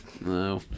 No